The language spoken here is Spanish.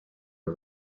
the